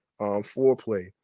Foreplay